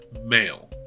male